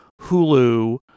Hulu